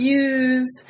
use